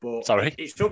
Sorry